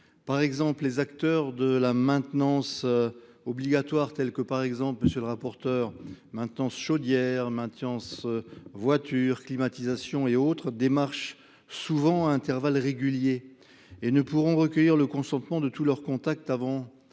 Par exemple, les acteurs de la maintenance obligatoire, telles que par exemple monsieur le rapporteur, maintenance chaudière, maintenance voiture, climatisation et autres, démarchent souvent à intervalle régulier. et ne pourront recueillir le consentement de tous leurs contacts avant